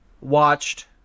watched